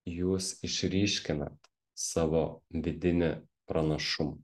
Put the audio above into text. jūs išryškinat savo vidinį pranašumą